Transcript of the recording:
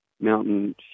mountain